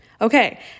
okay